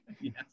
yes